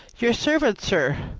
your servant, sir,